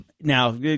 Now